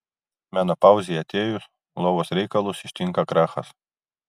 menopauzei atėjus lovos reikalus ištinka krachas